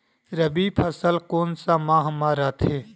रबी फसल कोन सा माह म रथे?